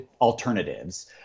alternatives